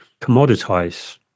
commoditize